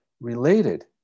related